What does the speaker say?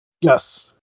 Yes